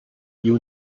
you